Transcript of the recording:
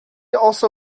also